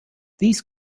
these